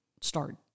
start